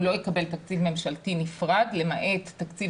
הוא לא יקבל תקציב ממשלתי נפרד למעט תקציב